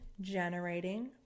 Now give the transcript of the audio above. generating